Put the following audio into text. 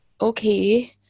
okay